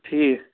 ٹھیٖکھ